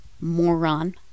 moron